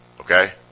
Okay